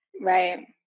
right